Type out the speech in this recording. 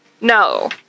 No